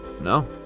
No